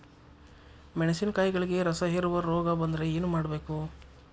ಮೆಣಸಿನಕಾಯಿಗಳಿಗೆ ರಸಹೇರುವ ರೋಗ ಬಂದರೆ ಏನು ಮಾಡಬೇಕು?